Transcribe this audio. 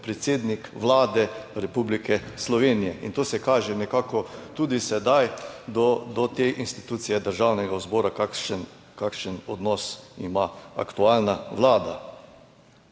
predsednik Vlade Republike Slovenije. In to se kaže nekako tudi sedaj do te institucije Državnega zbora, kakšen odnos ima aktualna Vlada.